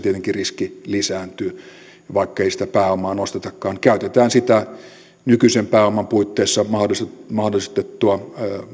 tietenkin riski lisääntyy vaikkei sitä pääomaa nostetakaan käytetään sitä nykyisen pääoman puitteissa mahdollistettua